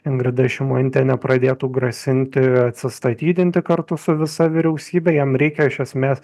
ingrida šimonytė nepradėtų grasinti atsistatydinti kartu su visa vyriausybe jam reikia iš esmės